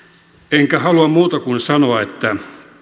enkä halua muuta kuin sanoa että